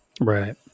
Right